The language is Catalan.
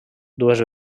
dues